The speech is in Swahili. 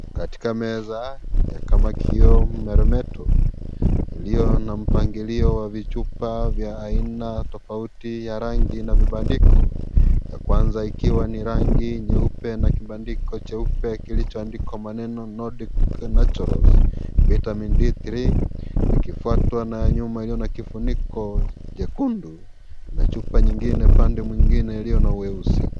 Katika meza ya kama kioo meremeto iliyo na mpangilio wa vichupa vya aina tofauti ya rangi na vibandiko ya kwanza ikiwa ni rangi nyeupe na kibandiko cheupe kilichoandikwa maneno nordwic naturals vitamin d3 ikifuatwa na nyuma iliyo na kifuniko jekundu na chupa nyingine pande nyingine iliyo na uweusi.